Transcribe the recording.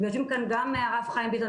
יהיה קשה לילד בבית לשמוע את השידור,